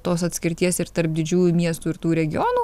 tos atskirties ir tarp didžiųjų miestų ir tų regionų